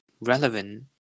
relevant